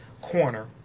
corner